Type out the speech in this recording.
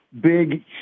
big